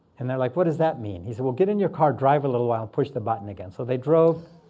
and they're like, what does that mean? he said, well, get in your car, drive a little while, push the button again. so they drove.